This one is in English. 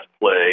play